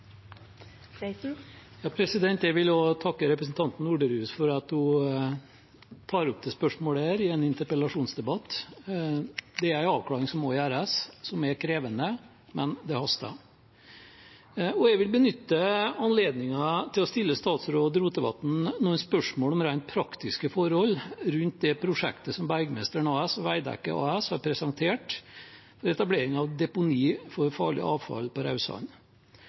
Jeg vil også takke representanten Norderhus for at hun tar opp dette spørsmålet i en interpellasjonsdebatt. Det er en avklaring som må gjøres, som er krevende, men det haster. Jeg vil benytte anledningen til å stille statsråd Rotevatn noen spørsmål om rent praktiske forhold rundt det prosjektet som Bergmesteren Raudsand AS og Veidekke ASA har presentert ved etablering av deponi for farlig avfall på